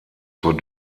zur